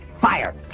Fire